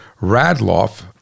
Radloff